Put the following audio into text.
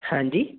हाँ जी